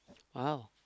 !wow!